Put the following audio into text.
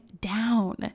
down